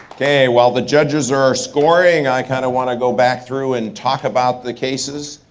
okay, while the judges are scoring, i kinda want to go back through and talk about the cases.